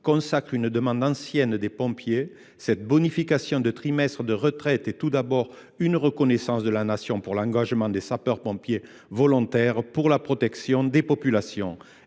consacre une demande ancienne. Cette bonification de trimestres de retraite est tout d’abord une reconnaissance de la Nation pour l’engagement des sapeurs pompiers volontaires au service de la protection de la population.